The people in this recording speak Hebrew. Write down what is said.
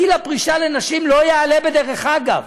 גיל הפרישה לנשים לא יעלה בדרך אגב.